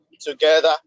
together